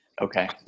Okay